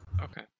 Okay